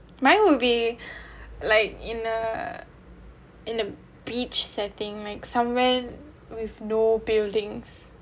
mine would be like in a in the beach setting like somewhere with no buildings